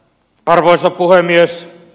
arvoisa puhemies